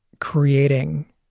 creating